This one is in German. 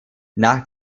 nach